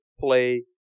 play